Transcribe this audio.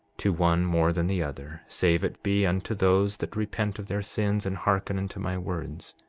to one more than the other, save it be unto those that repent of their sins, and hearken unto my words.